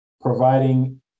providing